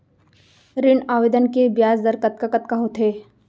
ऋण आवेदन के ब्याज दर कतका कतका होथे?